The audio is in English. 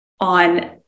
on